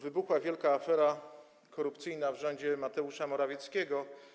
Wybuchła wielka afera korupcyjna w rządzie Mateusza Morawieckiego.